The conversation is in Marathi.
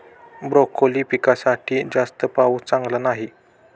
ब्रोकोली पिकासाठी जास्त पाऊस चांगला नाही